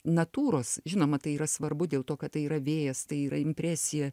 natūros žinoma tai yra svarbu dėl to kad tai yra vėjas tai yra impresija